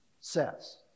says